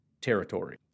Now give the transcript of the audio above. territory